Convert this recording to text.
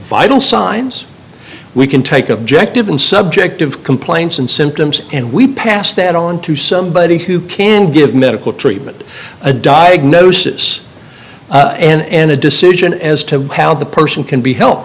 vital signs we can take objective and subjective complaints and symptoms and we pass that on to somebody who can give medical treatment a diagnosis and a decision as to how the person can be help